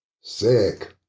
sick